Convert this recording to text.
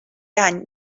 any